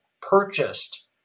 purchased